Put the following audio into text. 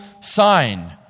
sign